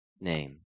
name